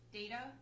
data